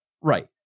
right